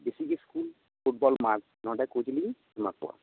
basic school football ᱢᱟᱴᱷ ᱱᱚᱸᱰᱮ ᱠᱳᱪ ᱞᱤᱧ ᱮᱢᱟ ᱠᱚᱣᱟ